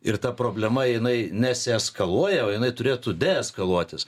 ir ta problema jinai nesieskaluoja o jinai turėtų deeskaluotis